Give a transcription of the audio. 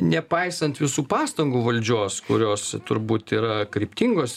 nepaisant visų pastangų valdžios kurios turbūt yra kryptingos